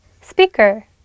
speaker